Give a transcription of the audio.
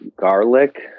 garlic